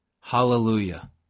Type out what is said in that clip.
Hallelujah